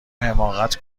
حماقت